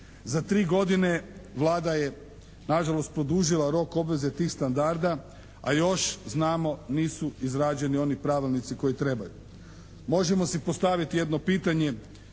Za tri godine Vlada je nažalost produžila rok obveze tih standarda a još znamo nisu izrađeni oni pravilnici koji trebaju. Možemo si postaviti jedno pitanje